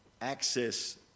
access